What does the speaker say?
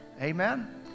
Amen